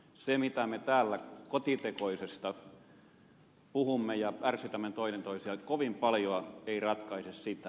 se mitä me täällä kotitekoisesta puhumme ja ärsytämme toinen toisiamme kovin paljoa ei ratkaise sitä